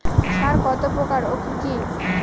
সার কত প্রকার ও কি কি?